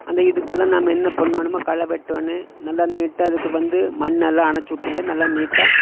அந்த இதுக்கெல்லாம் நம்ம என்ன பண்ணணுமோ களை வெட்டணும் நல்லா நீட்டாக இதுக்கு வந்து மண் எல்லாம் அடைச்சி விட்டுங்க நல்ல நீட்டாக